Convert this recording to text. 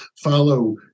follow